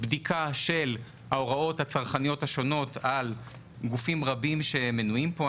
בדיקה של ההוראות הצרכניות השונות על גופים רבים שמנויים פה,